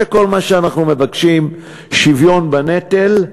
זה כל מה שאנחנו מבקשים: שוויון בנטל,